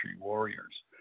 Warriors